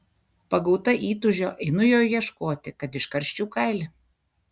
pagauta įtūžio einu jo ieškoti kad iškarščiau kailį